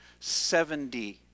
70